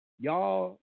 Y'all